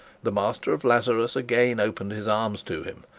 the master of lazarus again opened his arms to him,